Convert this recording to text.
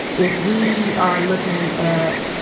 if we are looking at